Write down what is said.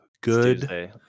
good